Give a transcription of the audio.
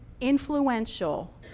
influential